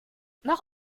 noch